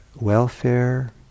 welfare